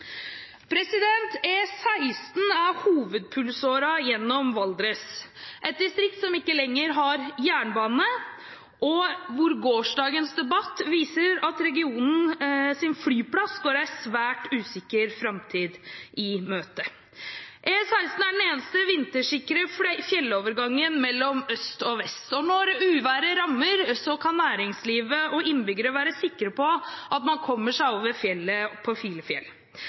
er hovedpulsåren gjennom Valdres, et distrikt som ikke lenger har jernbane, og hvor gårsdagens debatt viser at regionens flyplass går en svært usikker framtid i møte. E16 er den eneste vintersikre fjellovergangen mellom øst og vest, og når uværet rammer, kan næringslivet og innbyggerne være sikre på at man kommer seg over fjellet på Filefjell.